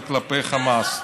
וכלפי חמאס.